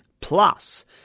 plus